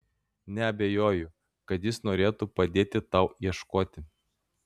neabejoju kad jis norėtų padėti tau ieškoti